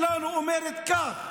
העמדה שלנו אומרת כך,